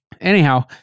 Anyhow